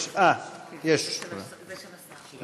אני מזמין את חברת הכנסת עליזה לביא.